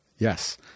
Yes